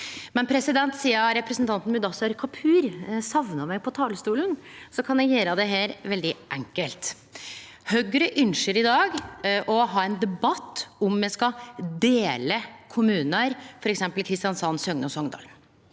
ein god måte. Sidan representanten Mudassar Kapur sakna meg på talarstolen, kan eg gjere dette veldig enkelt. Høgre ynskjer i dag å ha ein debatt om me skal dele kommunar, f.eks. Kristiansand, Søgne og Songdalen.